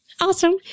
Awesome